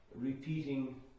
repeating